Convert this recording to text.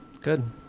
Good